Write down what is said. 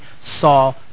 saw